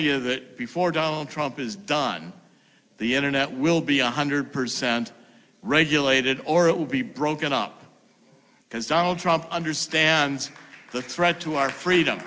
you that before donald trump is done the internet will be one hundred percent regulated or it will be broken up because donald trump understands the threat to our freedom